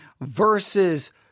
versus